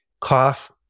cough